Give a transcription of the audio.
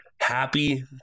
happy